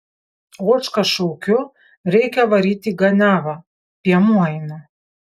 ožką šaukiu reikia varyti į ganiavą piemuo eina